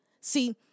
See